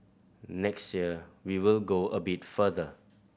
next year we will go a bit further